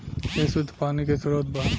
ए शुद्ध पानी के स्रोत बा